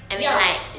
ya